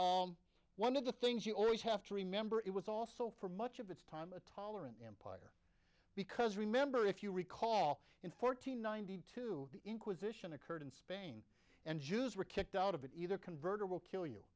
and one of the things you always have to remember it was also for much of its time a tolerant him because remember if you recall in fourteen ninety two the inquisition occurred in spain and jews were kicked out of either converter will kill you